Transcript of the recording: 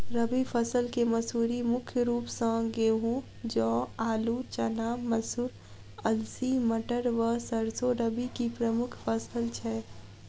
रबी फसल केँ मसूरी मुख्य रूप सँ गेंहूँ, जौ, आलु,, चना, मसूर, अलसी, मटर व सैरसो रबी की प्रमुख फसल छै